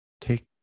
Take